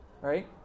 Right